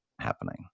happening